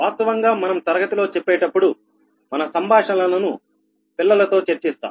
వాస్తవంగా మనం తరగతిలో చెప్పేటప్పుడు మన సంభాషణలను పిల్లలతో చర్చిస్తాం